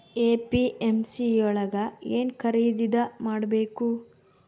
APMC ಯೊಳಗ ಏನ್ ಖರೀದಿದ ಮಾಡ್ಬೇಕು?